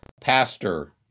Pastor